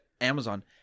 Amazon